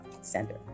center